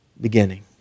beginning